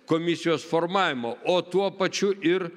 komisijos formavimą o tuo pačiu ir